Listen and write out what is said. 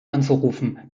anzurufen